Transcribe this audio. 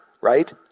right